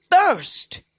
thirst